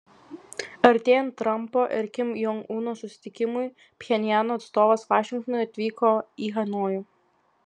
artėjant trampo ir kim jong uno susitikimui pchenjano atstovas vašingtonui atvyko į hanojų